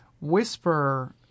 Whisper